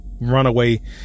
runaway